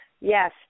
Yes